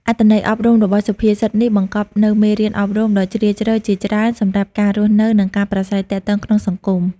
អត្ថន័យអប់រំរបស់សុភាសិតនេះបង្កប់នូវមេរៀនអប់រំដ៏ជ្រាលជ្រៅជាច្រើនសម្រាប់ការរស់នៅ និងការប្រាស្រ័យទាក់ទងក្នុងសង្គម